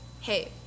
hey